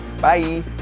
Bye